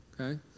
Okay